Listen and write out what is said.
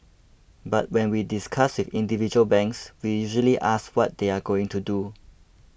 but when we discuss with individual banks we usually ask what they are going to do